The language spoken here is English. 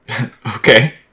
Okay